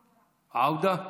עוודָה.